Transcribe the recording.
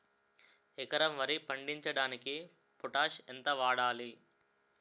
ఎకరం వరి పండించటానికి పొటాష్ ఎంత వాడాలి?